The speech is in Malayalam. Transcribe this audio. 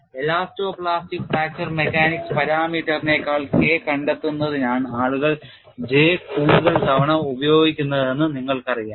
എലാസ്റ്റോ പ്ലാസ്റ്റിക് ഫ്രാക്ചർ മെക്കാനിക്സ് പാരാമീറ്ററിനേക്കാൾ K കണ്ടെത്തുന്നതിനാണ് ആളുകൾ J കൂടുതൽ തവണ ഉപയോഗിക്കുന്നതെന്ന് നിങ്ങൾക്കറിയാം